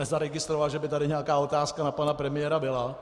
Nezaregistroval jsem, že by tady nějaká otázka na pana premiéra byla.